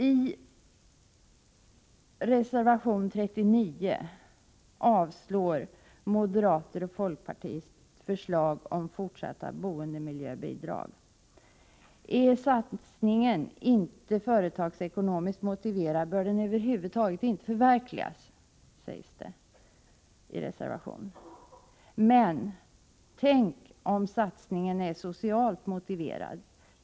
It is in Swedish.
I reservation 43 avstyrker moderater och folkpartister förslag om fortsatta boendemiljöbidrag. ”Är satsningen inte företagsekonomiskt motiverad bör den över huvud taget inte förverkligas”, framhålls det. Men tänk om satsningen är socialt motiverad!